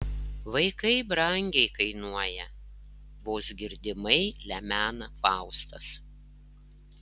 vaikai brangiai kainuoja vos girdimai lemena faustas